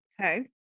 Okay